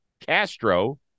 Castro